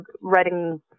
writing